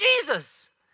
Jesus